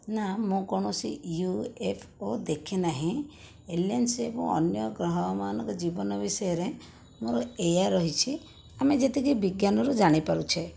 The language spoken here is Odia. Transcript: ନା ମୁଁ କୌଣସି ୟୁଏଫଓ ଦେଖିନାହିଁ ଏଲିଏନ୍ସ ଏବଂ ଅନ୍ୟ ଗ୍ରହମାନଙ୍କ ଜୀବନ ବିଷୟରେ ମୋର ଏଇଆ ରହିଛି ଆମେ ଯେତିକି ବିଜ୍ଞାନରୁ ଜାଣିପାରୁଛେ